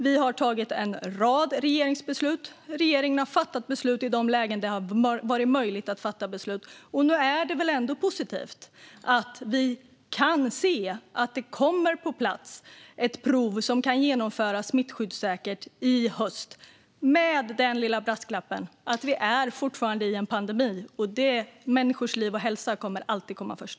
Vi har tagit en rad regeringsbeslut. Regeringen har fattat beslut i de lägen där det har varit möjligt att fatta beslut. Nu är det väl ändå positivt att det kommer på plats ett prov som kan genomföras smittskyddssäkert i höst - med den lilla brasklappen att vi fortfarande är i en pandemi och att människors liv och hälsa alltid kommer att komma först.